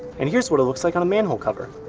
and here's what it looks like on a manhole cover.